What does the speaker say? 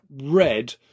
red